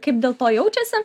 kaip dėl to jaučiasi